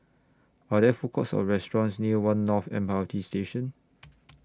Are There Food Courts Or restaurants near one North M R T Station